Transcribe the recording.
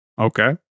Okay